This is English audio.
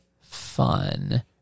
fun